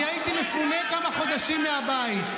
אני הייתי מפונה כמה חודשים מהבית.